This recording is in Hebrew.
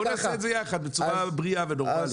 אז בוא נעשה את זה יחד בצורה בריאה ונורמלית.